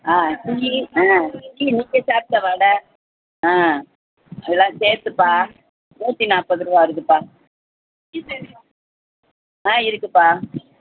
ஆ டீயி ஆ டீ நீங்கள் சாப்பிட்ட வடை ஆ அதெல்லாம் சேர்த்துப்பா நூற்றி நாற்பது ரூபா வருதுப்பா ஆ இருக்குதுப்பா